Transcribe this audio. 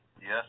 Yes